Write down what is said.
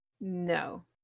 No